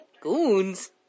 Goons